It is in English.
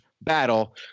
battle